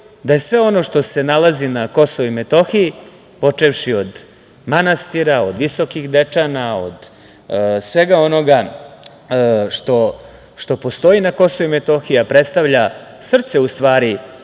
da je sve ono što se nalazi na KiM, počevši od manastira, od Visokih Dečana, od svega onoga što postoji na KiM, a predstavlja srce u stvari